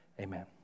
Amen